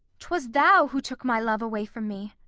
twas thou who took my love away from me.